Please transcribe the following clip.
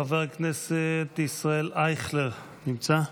חבר הכנסת ישראל אייכלר, לא נמצא,